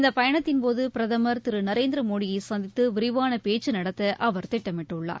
இந்த பயனத்தின் போது பிரதமர் திரு நரேந்திர மோடியை சந்தித்து விரிவான பேச்சு நடத்த அவர் திட்டமிட்டுள்ளார்